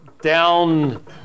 Down